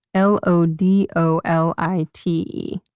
l o d o l i t e,